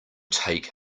take